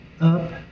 up